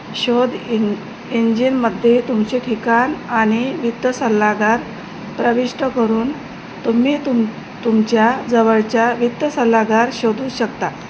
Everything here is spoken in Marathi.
शोध इन इंजिनमध्ये तुमचे ठिकाण आणि वित्तसल्लागार प्रविष्ट करून तुम्ही तुम तुमच्या जवळचा वित्तसल्लागार शोधू शकता